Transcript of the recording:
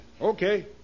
Okay